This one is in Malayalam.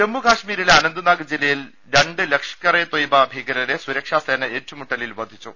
ജമ്മു കശ്മീരിലെ അനന്ത്നാഗ് ജില്ലയിൽ രണ്ട് ലഷ്കർ ഇ ത്വയ്ബ ഭീകരരെ സുരക്ഷാ സേന ഏറ്റുമുട്ടലിൽ വധിച്ചു